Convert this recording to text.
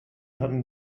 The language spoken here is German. hatten